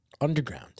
underground